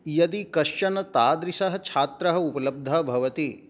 यदि कश्चन तादृशः छात्रः उपलब्धः भवति